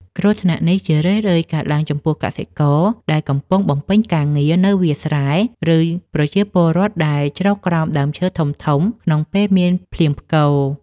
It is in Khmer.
គ្រោះថ្នាក់នេះជារឿយៗកើតឡើងចំពោះកសិករដែលកំពុងបំពេញការងារនៅវាលស្រែ ឬប្រជាពលរដ្ឋដែលជ្រកក្រោមដើមឈើធំៗក្នុងពេលមានភ្លៀងផ្គរ។